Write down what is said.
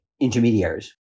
intermediaries